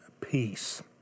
peace